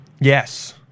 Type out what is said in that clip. Yes